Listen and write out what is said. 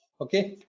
Okay